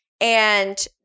And-